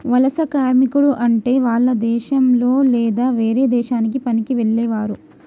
వలస కార్మికుడు అంటే వాల్ల దేశంలొ లేదా వేరే దేశానికి పనికి వెళ్లేవారు